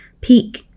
peak